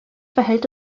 verhält